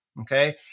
Okay